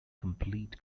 complete